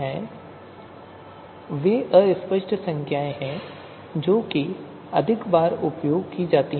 तो त्रिकोणीय अस्पष्ट संख्याएं वे हैं जो अधिक बार उपयोग की जाती हैं